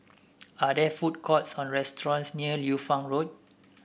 are there food courts or restaurants near Liu Fang Road